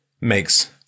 makes